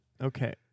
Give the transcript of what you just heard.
Okay